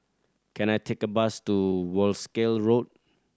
can I take a bus to Wolskel Road